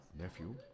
nephew